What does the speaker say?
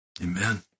Amen